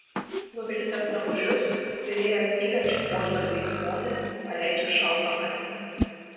nuvilkęs drabužius virėjas įverčia buožgalvį į vonią ir paleidžia šaltą vandenį